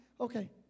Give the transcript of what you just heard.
Okay